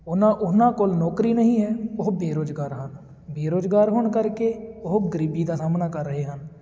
ਉਹਨਾਂ ਉਹਨਾਂ ਕੋਲ ਨੌਕਰੀ ਨਹੀਂ ਹੈ ਉਹ ਬੇਰੁਜ਼ਗਾਰ ਹਨ ਬੇਰੁਜ਼ਗਾਰ ਹੋਣ ਕਰਕੇ ਉਹ ਗਰੀਬੀ ਦਾ ਸਾਹਮਣਾ ਕਰ ਰਹੇ ਹਨ